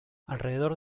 alrededor